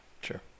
Sure